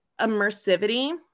immersivity